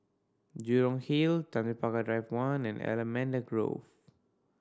Jurong Hill Tanjong Pagar Drive One and Allamanda Grove